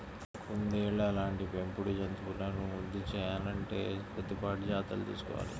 కుందేళ్ళ లాంటి పెంపుడు జంతువులను వృద్ధి సేయాలంటే కొద్దిపాటి జాగర్తలు తీసుకోవాలి